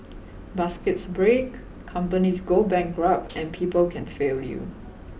baskets break companies go bankrupt and people can fail you